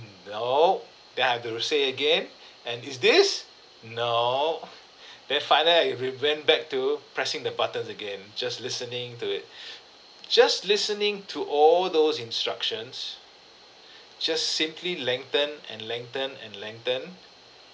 no then I have to say again and is this no then finally we went back to pressing the buttons again just listening to it just listening to all those instructions just simply lengthen and lengthen and lengthen